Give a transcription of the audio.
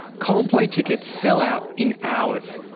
coldplay tickets sell out in hours.